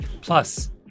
Plus